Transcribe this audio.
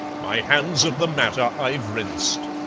my hands of the matter i've rinsed.